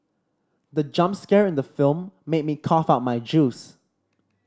the jump scare in the film made me cough out my juice